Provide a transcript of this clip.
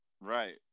Right